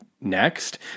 next